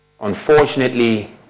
unfortunately